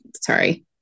sorry